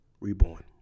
reborn